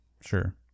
Sure